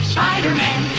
Spider-Man